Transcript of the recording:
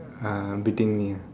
uh beating me